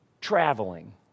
traveling